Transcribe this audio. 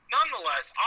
Nonetheless